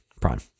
prime